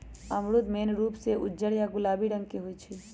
अमरूद मेन रूप से उज्जर या गुलाबी रंग के होई छई